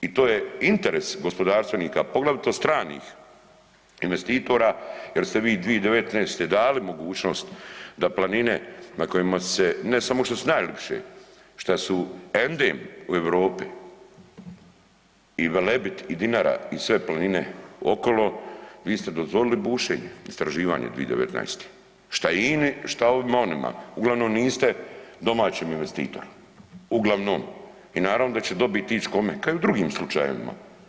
I to je interes gospodarstvenika, poglavito stranih investitora je ste vi 2019. dali mogućnost da planine na kojima se ne samo što su najljepše, šta su endem u Europi, i Velebit i Dinara i sve planine okolo, vi ste dozvolili bušenje, istraživanje, 2019. šta INA-i, šta ovima, onima, uglavnom niste domaćem investitoru, uglavnom i naravno da će dobit ić kome, kao i u drugim slučajevima.